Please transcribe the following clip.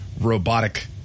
robotic